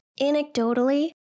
Anecdotally